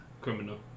Criminal